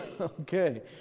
Okay